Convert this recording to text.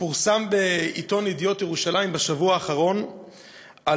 פורסם בעיתון "ידיעות ירושלים" בשבוע האחרון על